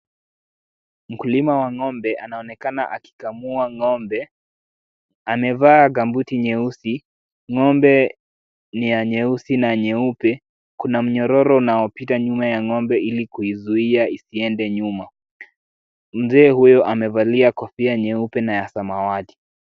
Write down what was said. Mkulima wa ng'ombe anaonekana akikamua ng'ombe. Amevaa gambuti nyeusi. Ng'ombe ni ya nyeusi na nyeupe. Kuna mnyororo unaopita nyuma ya ng'ombe ili kuizuia isiende nyuma. Mzee huyu amevalia kofia nyeupe na ya samawati.